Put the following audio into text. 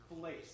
place